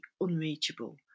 unreachable